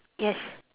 yes